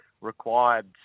required